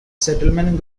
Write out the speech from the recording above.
settlement